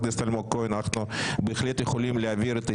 חבר הכנסת אלמוג כהן,